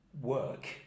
work